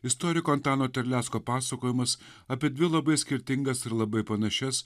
istoriko antano terlecko pasakojimas apie dvi labai skirtingas ir labai panašias